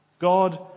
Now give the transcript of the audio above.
God